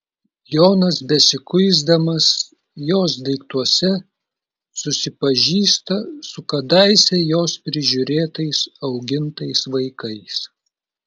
jonas besikuisdamas jos daiktuose susipažįsta su kadaise jos prižiūrėtais augintais vaikais